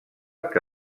que